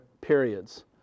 periods